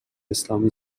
اسلامی